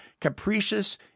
capricious